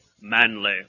manly